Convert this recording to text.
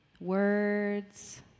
words